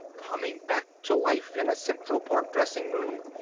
coming back to life in a central park dressing room.